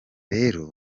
rero